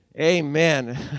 Amen